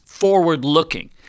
forward-looking